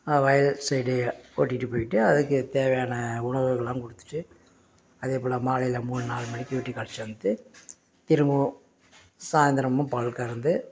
வயல் சைடு ஓட்டிகிட்டு போயிட்டு அதுக்கு தேவையான உணவுகள்லாம் கொடுத்துட்டு அதே போல் மாலையில் மூணு நாலு மணிக்கு வீட்டுக்கு அழைச்சிட்டு வந்து திரும்பவும் சாய்ந்திரமும் பால் கறந்து